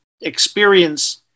experience